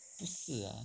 不是 ah